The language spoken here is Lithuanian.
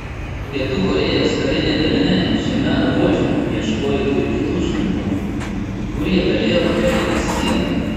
pietų korėjos kariniai daliniai šiame ruože ieškojo ir kitų šnipų kurie galėjo pereiti sieną